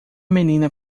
menina